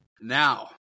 Now